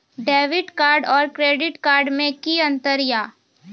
Debit card और credit card मे कि अंतर या?